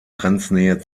grenznähe